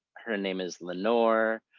her name is lenore.